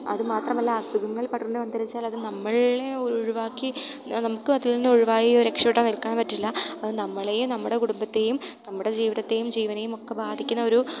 അതു മാത്രമല്ല അസുഖങ്ങൾ പടർന്ന് പന്തലിച്ചാൽ അത് നമ്മളെ ഒഴിവാക്കി നമുക്ക് അതിൽ നിന്ന് ഒഴിവായി ഒരു രക്ഷപ്പെട്ട് നിൽക്കാൻ പറ്റില്ല അത് നമ്മളെയും നമ്മുടെ കുടുംബത്തെയും നമ്മുടെ ജീവിതത്തെയും ജീവനെയും ഒക്കെ ബാധിക്കുന്ന ഒരു